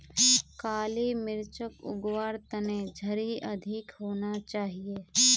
काली मिर्चक उग वार तने झड़ी अधिक होना चाहिए